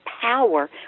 power